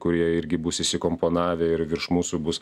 kurie irgi bus įsikomponavę ir virš mūsų bus